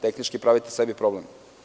Tehnički, pravite sebi problem.